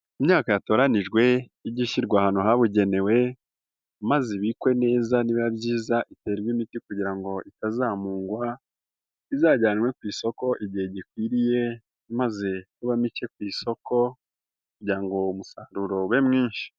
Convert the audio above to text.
Imyaka yatoranijwe ijye ishyirwa ahantu habugenewe maze ibikwe neza n'ibiba byiza iterwa imiti kugira ngo itazamugwaha izajyanwe ku isoko igihe gikwiriye maze iba mike ku isoko rya ngoha umusaruro we mwinshi.